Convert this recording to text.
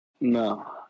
No